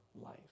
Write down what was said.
life